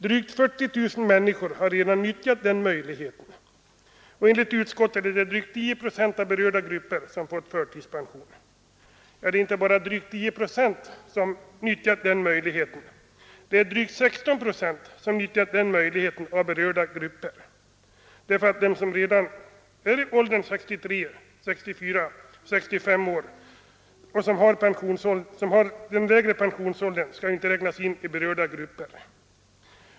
Drygt 40000 människor har redan utnyttjat den möjligheten, och enligt utskottet är det drygt 10 procent av berörda människor som får förtidspension. — Det är inte bara drygt 10 procent som nyttjar den möjligheten, det är drygt 16 procent av berörda grupper som gjort det. Den som redan är i åldern 63—64—65 år och som har den lägre pensionsåldern skall nämligen inte räknas in.